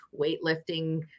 weightlifting